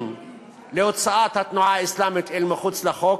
להוצאת התנועה האסלאמית אל מחוץ לחוק.